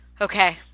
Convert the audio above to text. Okay